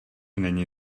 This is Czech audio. není